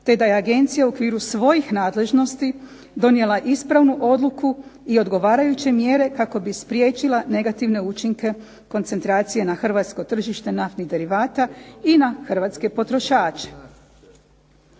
te da je agencija u okviru svojih nadležnosti donijela ispravnu odluku i odgovarajuće mjere kako bi spriječila negativne učinke koncentracije na hrvatsko tržište naftnih derivata i na hrvatske potrošače.